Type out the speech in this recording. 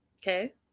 Okay